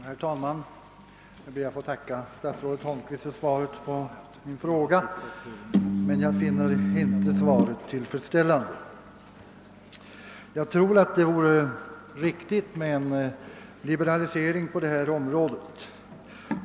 Herr talman! Jag ber att få tacka statsrådet Holmqvist för svaret på min fråga, men jag finner inte svaret tillfredsställande. Jag tror att det vore riktigt med en liberalisering på detta område.